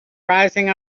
rising